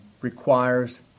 requires